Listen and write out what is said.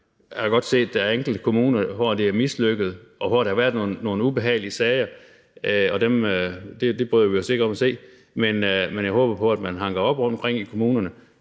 Jeg har godt set, at der er enkelte kommuner, hvor det er mislykkedes, og hvor der har været nogle ubehagelige sager, og det bryder vi os ikke om at se, men jeg håber på, at man hanker op rundtomkring i kommunerne,